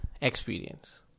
experience